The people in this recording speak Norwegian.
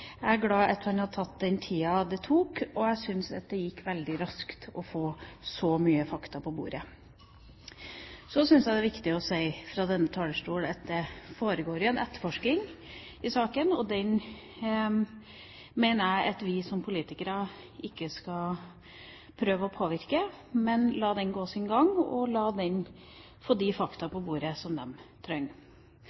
Jeg er glad for at statsråden har tatt den tida det tok, og jeg syns det gikk veldig raskt å få så mye fakta på bordet. Så syns jeg det er viktig å si fra denne talerstolen at det foregår en etterforsking i saken. Den mener jeg at vi som politikere ikke skal prøve å påvirke, men la den gå sin gang og la etterforskerne få de fakta